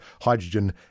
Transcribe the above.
hydrogen